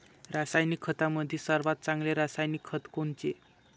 रासायनिक खतामंदी सर्वात चांगले रासायनिक खत कोनचे?